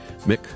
Mick